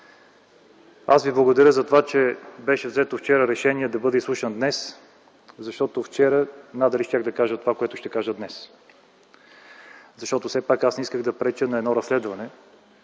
Аз ви благодаря за това, че вчера беше взето решение да бъда изслушан днес, защото вчера надали щях да кажа това, което ще кажа днес. Защото все пак не исках да преча на едно разследване,